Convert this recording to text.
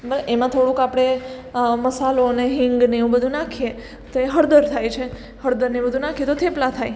એમાં થોડુંક આપણે મસાલો અને હિંગ ને એવું બધું નાખીએ તો એ હળદર થાય છે હળદર ને એવું બધુ નાખીએ તો થેપલા થાય